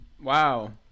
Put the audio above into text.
wow